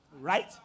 right